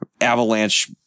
avalanche